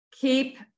Keep